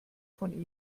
von